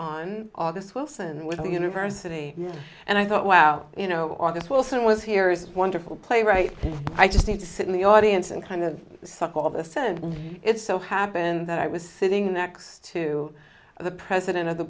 august wilson with the university and i thought wow you know august wilson was here is wonderful playwright i just need to sit in the audience and kind of suck all the said it so happened that i was sitting next to the president of the